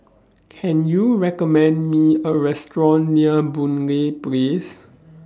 Can YOU recommend Me A Restaurant near Boon Lay Place